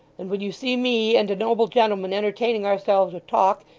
and when you see me and a noble gentleman entertaining ourselves with talk,